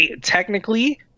technically